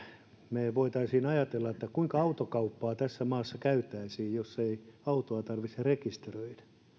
me voisimme ajatella kuinka autokauppaa tässä maassa käytäisiin jos ei autoa tarvitse rekisteröidä